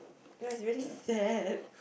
it was really sad